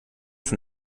von